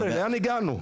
לאן הגענו?